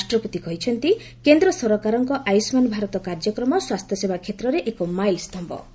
ରାଷ୍ଟ୍ରପତି କହିଛନ୍ତି କେନ୍ଦ୍ର ସରକାରଙ୍କ ଆୟୁଷ୍ମାନ ଭାରତ କାର୍ଯ୍ୟକ୍ରମ ସ୍ୱାସ୍ଥ୍ୟସେବା କ୍ଷେତ୍ରରେ ଏକ ମାଇଲ୍ସ୍ୟ